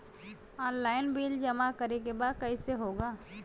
Online bill जमा करे के बा कईसे होगा?